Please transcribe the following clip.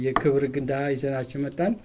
you that